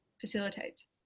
facilitates